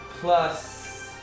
plus